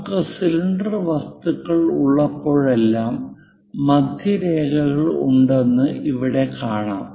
നമുക്ക് സിലിണ്ടർ വസ്തുക്കൾ ഉള്ളപ്പോഴെല്ലാം മധ്യരേഖകൾ ഉണ്ടെന്ന് ഇവിടെ കാണാം